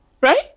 Right